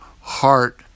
heart